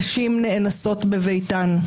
נשים נאנסות בביתן.